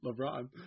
LeBron